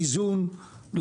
לאיזון,